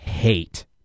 Hate